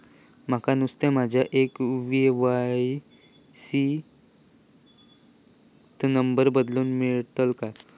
माका नुस्तो माझ्या के.वाय.सी त नंबर बदलून मिलात काय?